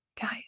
guys